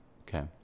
Okay